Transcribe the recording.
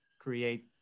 create